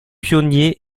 pionnier